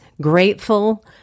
grateful